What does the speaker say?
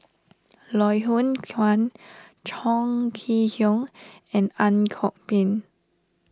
Loh Hoong Kwan Chong Kee Hiong and Ang Kok Peng